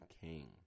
King